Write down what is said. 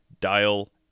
dial